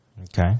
Okay